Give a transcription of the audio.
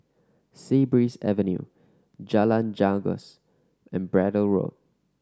Sea Breeze Avenue Jalan Janggus and Braddell Road